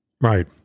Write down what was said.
Right